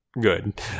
good